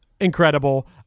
incredible